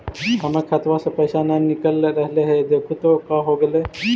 हमर खतवा से पैसा न निकल रहले हे देखु तो का होगेले?